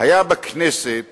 היה בכנסת